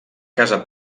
casa